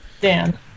Dan